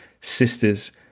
sisters